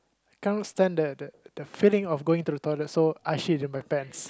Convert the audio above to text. cannot stand the that that feeling of going to the toilet so I shit in my pants